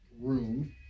room